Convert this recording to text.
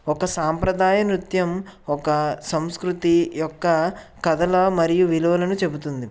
ఒక సాంప్రదాయ నృత్యం ఒక సంస్కృతి యొక్క కథల మరియు విలువలను చెబుతుంది